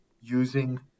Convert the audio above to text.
using